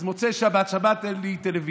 אז במוצאי שבת, בשבת אין לי טלוויזיה,